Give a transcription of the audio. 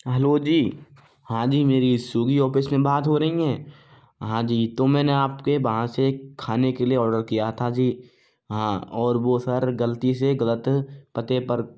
hello जी हाँ जी मेरी स्विग्गी ऑफिस में बात हो रही हैं हाँ जी तो मैंने आपके वहाँ से खाने के लिए आर्डर किया था जी हाँ और वो सर गलती से गलत पते पर